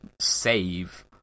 save